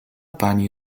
pani